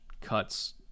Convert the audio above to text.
cuts